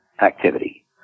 activity